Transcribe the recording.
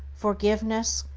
forgiveness,